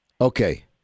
Okay